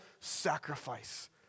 sacrifice